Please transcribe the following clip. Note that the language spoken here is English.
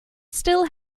still